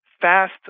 fast